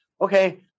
Okay